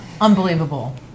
unbelievable